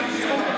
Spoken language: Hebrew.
מן הסתם.